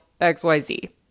XYZ